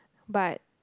but